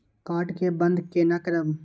Card के बन्द केना करब?